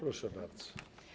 Proszę bardzo.